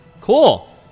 Cool